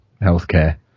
healthcare